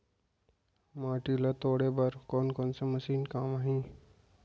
माटी ल तोड़े बर कोन से मशीन काम आही?